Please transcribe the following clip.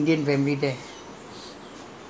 dunearn road near the dunearn school